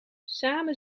samen